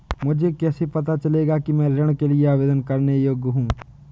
मुझे कैसे पता चलेगा कि मैं ऋण के लिए आवेदन करने के योग्य हूँ?